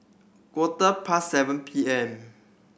quarter past seven P M